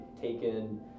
taken